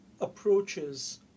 approaches